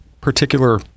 particular